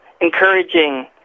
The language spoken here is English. encouraging